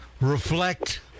reflect